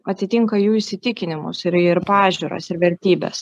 atitinka jų įsitikinimus ir ir pažiūras ir vertybes